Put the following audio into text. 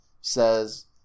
says